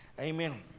Amen